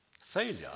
Failure